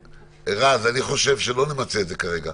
רז, אני חושב שלא נמצה את זה כרגע.